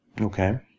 Okay